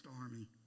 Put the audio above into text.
army